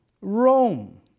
Rome